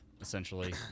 essentially